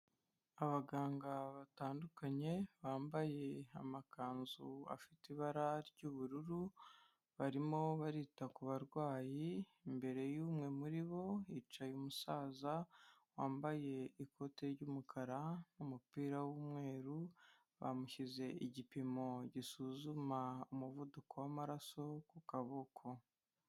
Abaganga batandukanye bambaye amakanzu afite ibara ry'ubururu, barimo barita ku barwayi, imbere y'umwe muri bo hicaye umusaza wambaye ikote ry'umukara n'umupira w'umweru, bamushyize igipimo gisuzuma umuvuduko w'amaraso ku kaboko.